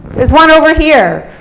there's one over here.